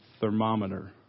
thermometer